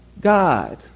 God